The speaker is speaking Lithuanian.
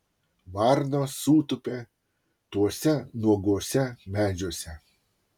varnos sutūpė tuose nuoguosiuose medžiuose